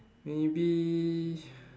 maybe